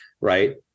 right